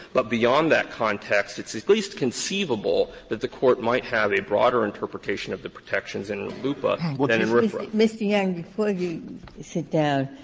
but beyond that context, it's at least conceivable that the court might have a broader interpretation of the protections in rluipa than in rfra. ginsburg mr. yang, before you sit down,